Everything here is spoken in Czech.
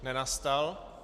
Nenastal.